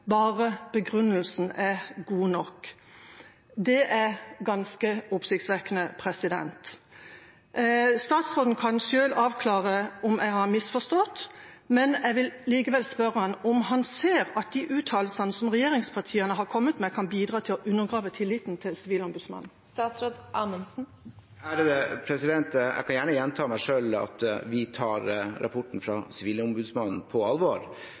bare begrunnelsen er god nok. Det er ganske oppsiktsvekkende. Statsråden kan selv avklare om jeg har misforstått, men jeg vil likevel spørre ham om han ser at de uttalelsene som regjeringspartiene har kommet med, kan bidra til å undergrave tilliten til Sivilombudsmannen? Jeg kan gjerne gjenta meg selv om at vi tar rapporten fra Sivilombudsmannen på alvor,